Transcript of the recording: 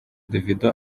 davido